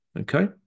Okay